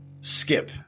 Skip